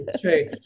true